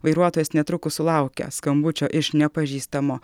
vairuotojas netrukus sulaukia skambučio iš nepažįstamo